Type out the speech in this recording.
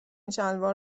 شلوار